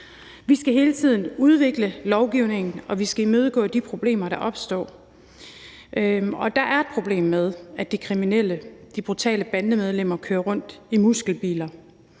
Vi skal hele tiden udvikle lovgivningen, og vi skal imødegå de problemer, der opstår, og der er et problem med, at de kriminelle, de brutale bandemedlemmer kører rundt i muskelbiler.